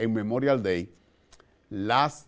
a memorial day last